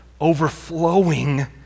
overflowing